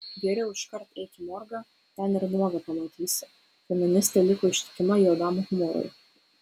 geriau iškart eik į morgą ten ir nuogą pamatysi feministė liko ištikima juodam humorui